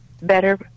better